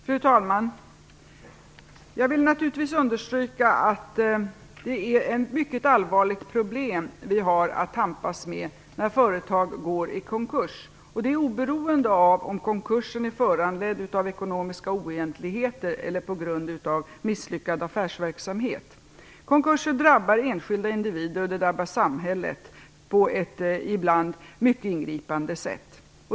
Fru talman! Jag vill naturligtvis understryka att det är mycket allvarliga problem som vi har att tampas med när företag går i konkurs. De problemen har vi oberoende av om konkursen är föranledd av ekonomiska oegentligheter eller av en misslyckad affärsverksamhet. Konkurser drabbar enskilda individer och samhället på ett ibland mycket ingripande sätt.